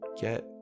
get